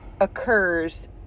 occurs